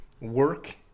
work